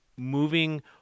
moving